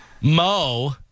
Mo